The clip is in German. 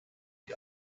die